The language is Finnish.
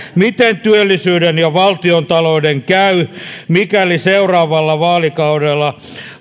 miten työllisyyden ja valtiontalouden käy mikäli seuraavalla vaalikaudella